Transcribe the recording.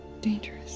dangerous